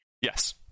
Yes